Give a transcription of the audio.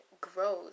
grows